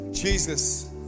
Jesus